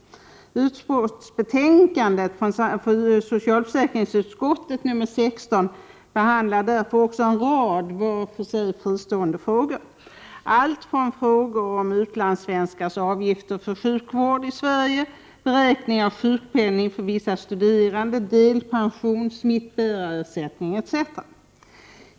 I utskottsbetänkande nr 16 från socialförsäkringsutskottet behandlas därför också en rad från varandra fristående frågor om allt ifrån utlandssvenskars avgifter för sjukvård i Sverige och beräkning av sjukpenning för vissa studerande till delpension och smittbärarersättning.